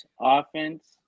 offense